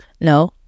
No